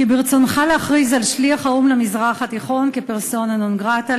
כי ברצונך להכריז על שליח האו"ם למזרח התיכון כפרסונה נון-גרטה